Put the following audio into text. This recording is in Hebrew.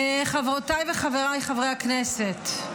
חברותיי וחבריי חברי הכנסת,